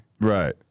Right